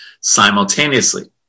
simultaneously